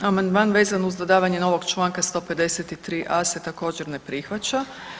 Amandman vezan uz dodavanje novog članka 153a. se također ne prihvaća.